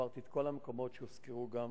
עברתי את כל המקומות שהוזכרו גם